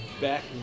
back